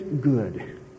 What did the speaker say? good